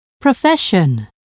profession